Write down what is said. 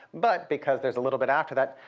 but because there's a little bit after that,